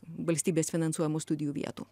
valstybės finansuojamų studijų vietų